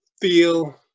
feel